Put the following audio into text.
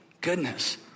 Goodness